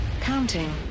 Counting